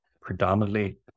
predominantly